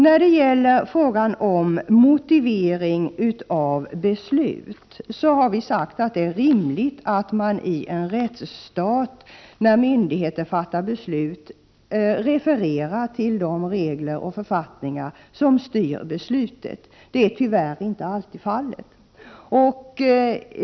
När det gäller frågan om motivering av beslut har vi sagt att det i en rättsstat är rimligt att myndigheter refererar till de regler och författningar som styr de beslut som de fattar. Det är tyvärr inte alltid fallet.